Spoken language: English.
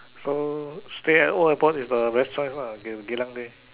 so stay at old airport is the best choice ah in Geylang there